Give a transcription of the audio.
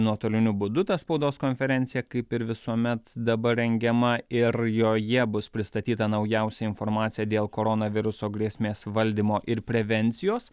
nuotoliniu būdu ta spaudos konferencija kaip ir visuomet dabar rengiama ir joje bus pristatyta naujausia informacija dėl koronaviruso grėsmės valdymo ir prevencijos